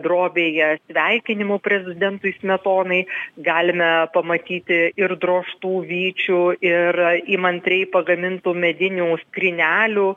drobėje sveikinimų prezidentui smetonai galime pamatyti ir drožtų vyčių ir įmantriai pagamintų medinių skrynelių